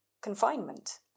confinement